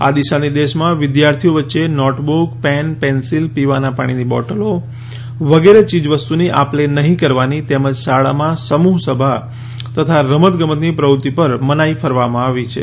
આ દિશા નિર્દેશોમાં વિદ્યાર્થીઓ વચ્ચે નોટબુક પેન પેન્સિલ પીવાના પાણીની બોટલો વગેરે ચીજવસ્તુની આપ લે નહીં કરવાની તેમજ શાળામાં સમૂહસભા તથા રમતગમતની પ્રવૃતિ પર મનાઇ ફરમાવવામાં આવી છે